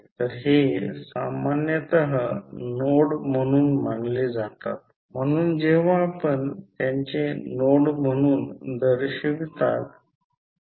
तर हे प्रत्यक्षात i2 आहे हे असे घेतले आहे समजा ते डॉटपासून दूर जात आहे